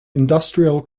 industrial